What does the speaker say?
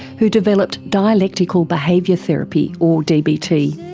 who developed dialectical behaviour therapy or dbt.